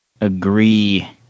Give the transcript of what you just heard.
Agree